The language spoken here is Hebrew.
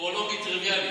אורולוגי טריוויאלי.